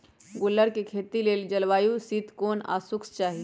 गुल्लर कें खेती लेल जलवायु शीतोष्ण आ शुष्क चाहि